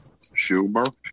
Schumer